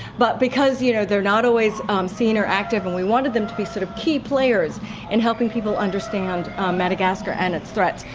but because you know they are not always um seen or active and we wanted them to be sort of key players in and helping people understand um madagascar and its threats,